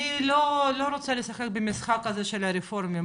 אני לא רוצה לשחק במשחק הזה של הרפורמים,